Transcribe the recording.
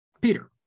Peter